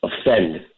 offend